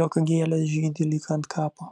jog gėlės žydi lyg ant kapo